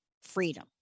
freedom